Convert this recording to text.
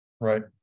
Right